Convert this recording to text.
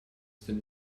that